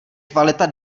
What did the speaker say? kvalita